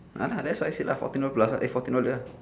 ah that's what I say lah fourteen over plus eh fourteen dollar